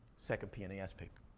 second pnas paper.